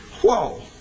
Whoa